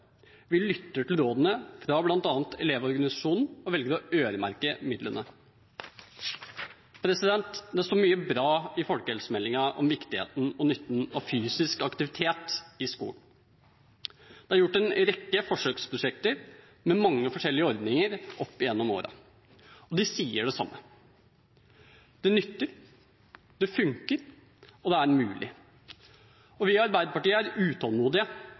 Vi lytter til rådene fra bl.a. Elevorganisasjonen og velger å øremerke midlene. Det står mye bra i folkehelsemeldingen om viktigheten og nytten av fysisk aktivitet i skolen. Det har vært gjennomført en rekke forsøksprosjekter med mange forskjellige ordninger opp gjennom årene, og de sier det samme: Det nytter, det funker og det er mulig. Vi i Arbeiderpartiet er utålmodige,